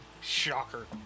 shocker